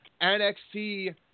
NXT